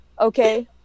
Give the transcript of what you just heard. okay